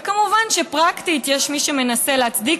וכמובן שפרקטית יש מי שמנסה להצדיק,